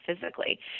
physically